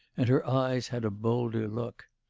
and her eyes had a bolder look.